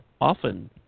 often